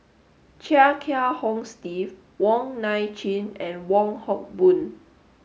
Chia Kiah Hong Steve Wong Nai Chin and Wong Hock Boon